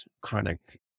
chronic